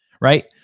Right